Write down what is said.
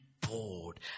poured